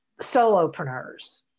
solopreneurs